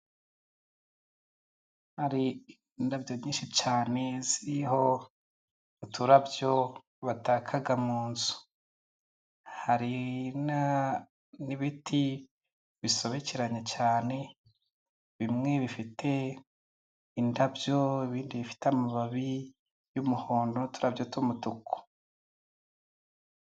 Hari indabyo nyinshi cyane ziriho uturabyo bataka mu nzu, hari n'ibiti bisobekeranye cyane bimwe bifite indabyo bifite amababi y'umuhondo n'uturabyo tw'umutuku.